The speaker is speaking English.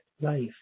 life